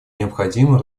необходимо